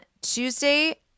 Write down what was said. Tuesday